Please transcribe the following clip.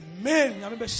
Amen